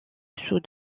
sous